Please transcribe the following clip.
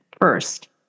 first